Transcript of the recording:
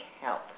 help